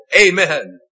Amen